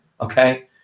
Okay